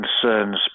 concerns